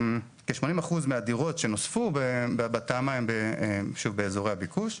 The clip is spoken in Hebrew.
כ-80% מהדירות שנוספו בתמ"א הם באזורי הביקוש.